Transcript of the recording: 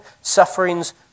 sufferings